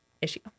issue